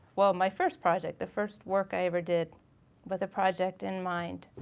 well my first project, the first work i ever did with a project in mind.